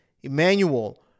Emmanuel